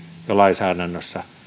jo lainsäädännössä